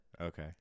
okay